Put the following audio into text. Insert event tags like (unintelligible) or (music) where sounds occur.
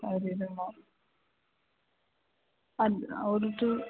(unintelligible) ma'am ಅದು ಅವ್ರದ್ದು